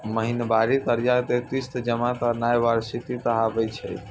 महिनबारी कर्जा के किस्त जमा करनाय वार्षिकी कहाबै छै